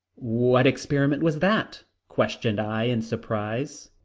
what experiment was that? questioned i in surprise.